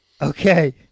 Okay